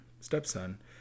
stepson